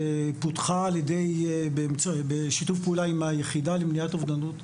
שפותחה בשיתוף פעולה עם היחידה למניעת אובדנות.